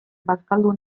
bazkaldu